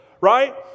right